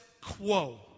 quo